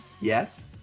Yes